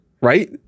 right